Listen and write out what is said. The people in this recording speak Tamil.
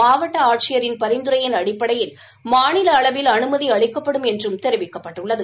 மாவட்ட ஆட்சியரின் பரிந்துரையின் அடிப்படையில் மாநில அளவில் அனுமதி அளிக்கப்படும் என்றும் தெரிவிக்கப்பட்டுள்ளது